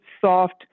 soft